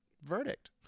verdict